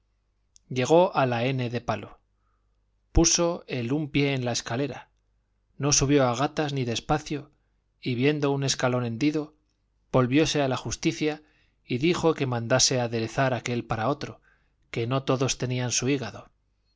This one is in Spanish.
llegó a la n de palo puso el un pie en la escalera no subió a gatas ni despacio y viendo un escalón hendido volvióse a la justicia y dijo que mandase aderezar aquel para otro que no todos tenían su hígado